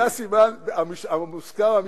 זה הסימן המוסכם המשפחתי,